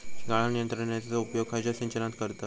गाळण यंत्रनेचो उपयोग खयच्या सिंचनात करतत?